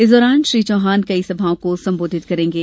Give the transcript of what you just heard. इस दौरान श्री चौहान कई सभाओं को संबोधित करेंगे